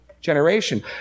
generation